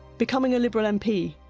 becoming a liberal mp,